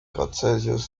getrunken